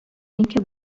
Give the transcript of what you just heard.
اینکه